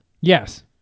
Yes